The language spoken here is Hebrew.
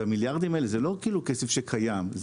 המיליארדים האלה זה לא כאילו כסף שקיים.